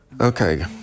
Okay